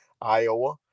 Iowa